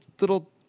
little